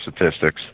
statistics